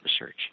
research